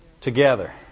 together